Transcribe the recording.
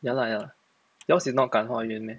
ya lah ya lah yours is not 感化院 meh